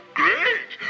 great